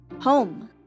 home